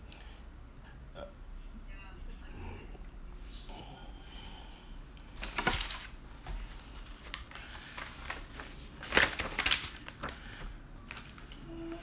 uh